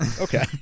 Okay